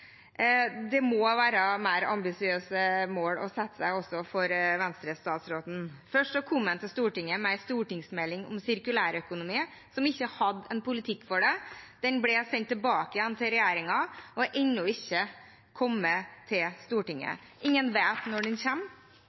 Det må være mer ambisiøse mål å sette seg også for Venstre-statsråden. Først kom han til Stortinget med en stortingsmelding om sirkulærøkonomi, som ikke hadde en politikk for det. Den ble sendt tilbake til regjeringen og er ennå ikke kommet til Stortinget. Ingen vet når den